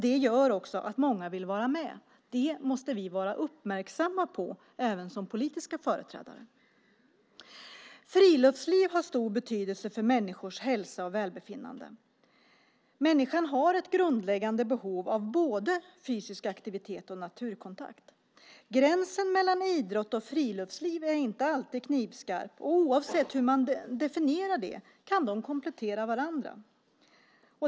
Det gör också att många vill vara med. Det måste vi vara uppmärksamma på även som politiska företrädare. Friluftsliv har stor betydelse för människors hälsa och välbefinnande. Människan har ett grundläggande behov både av fysisk aktivitet och av naturkontakt. Gränsen mellan idrott och friluftsliv är inte alltid knivskarp, och oavsett hur man definierar dem kan de komplettera varandra.